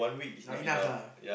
lah enough lah